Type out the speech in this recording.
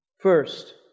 First